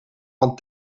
van